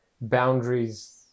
boundaries